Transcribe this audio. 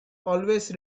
always